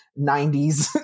90s